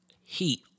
heat